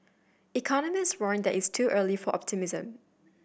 economist warned that it is too early for optimism